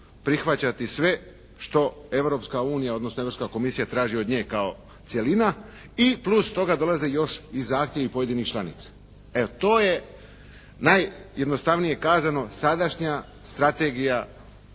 prihvaćati sve što Europska unija odnosno Europska komisija traži od nje kao cjelina i plus toga dolaze još i zahtjevi pojedinih članica. Evo, to je najjednostavnije kazano sadašnja strategija